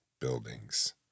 buildings